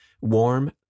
warm